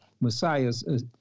Messiah's